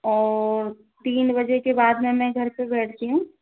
और तीन बजे के बाद में मैं घर पे बैठती हूँ